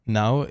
now